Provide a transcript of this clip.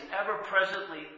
ever-presently